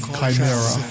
Chimera